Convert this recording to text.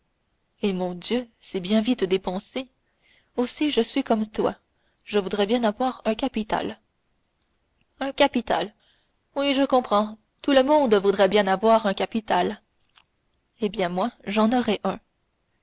eh mon dieu c'est bien vite dépensé aussi je suis comme toi je voudrais bien avoir un capital un capital oui je comprends tout le monde voudrait bien avoir un capital eh bien moi j'en aurai un